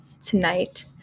tonight